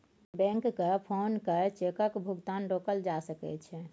बैंककेँ फोन कए चेकक भुगतान रोकल जा सकै छै